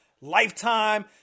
Lifetime